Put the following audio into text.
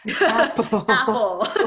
Apple